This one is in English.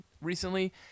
recently